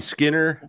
Skinner